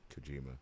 Kojima